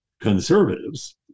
conservatives